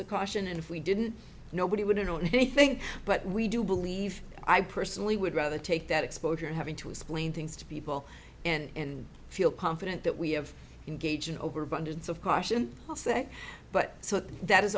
of caution and if we didn't nobody would have known anything but we do believe i personally would rather take that exposure having to explain things to people and feel confident that we have engaged in over abundance of caution i'll say but that is